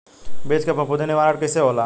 बीज के फफूंदी निवारण कईसे होला?